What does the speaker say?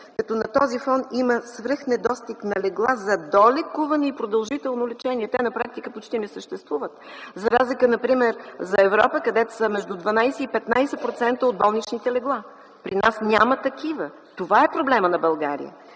като на този фон има свръхнедостиг на легла за долекуване и продължително лечение – те на практика почти не съществуват, за разлика например за Европа, където са между 12 и 15% от болничните легла. При нас няма такива. Това е проблемът на България!